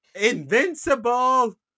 invincible